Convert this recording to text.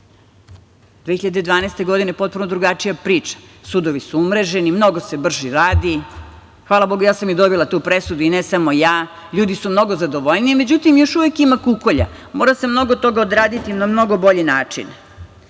2012. potpuno drugačija priča. Sudovi su umreženi, mnogo se brže radi. Hvala Bogu, ja sam i dobila tu presudu, i ne samo ja. Ljudi su mnogo zadovoljniji.Međutim, još uvek ima kukolja. Mora se mnogo toga odraditi na mnogo bolji način.O